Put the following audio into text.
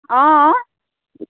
অঁ